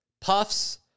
puffs